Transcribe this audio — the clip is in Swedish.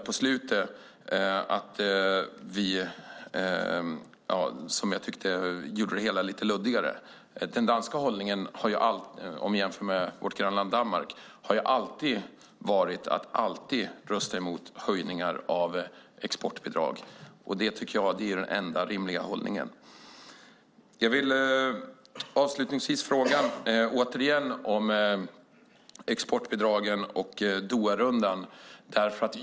På slutet blev det lite luddigt. Vi kan jämföra med vårt grannland Danmark. Den danska hållningen har varit att alltid rösta emot höjningar av exportbidrag. Det är den enda rimliga hållningen, tycker jag. Jag vill avslutningsvis fråga om exportbidragen och Doharundan.